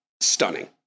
stunning